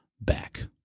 back